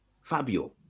Fabio